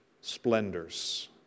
splendors